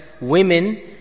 women